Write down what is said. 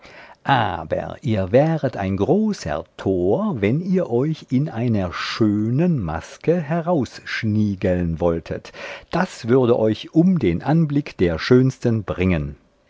aber ihr wäret ein großer tor wenn ihr euch in einer schönen maske herausschniegeln wolltet das würde euch um den anblick der schönsten bringen